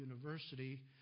University